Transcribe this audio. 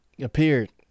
appeared